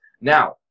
Now